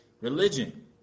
religion